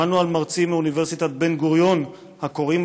שמענו על מרצים מאוניברסיטת בן-גוריון הקוראים